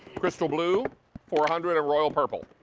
crystal blue four hundred and royal purple.